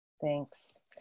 thanks